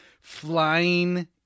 flying